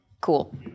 cool